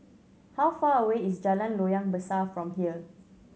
how far away is Jalan Loyang Besar from here